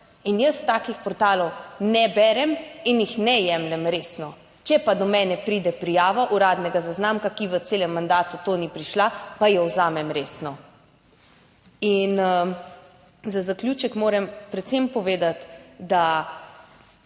in jaz takih portalov ne berem in jih ne jemljem resno, če pa do mene pride prijava uradnega zaznamka, ki v celem mandatu to ni prišla, pa jo vzamem resno. In za zaključek moram predvsem povedati, da